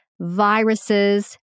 viruses